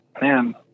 man